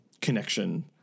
connection